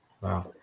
Wow